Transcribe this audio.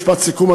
משפט סיכום,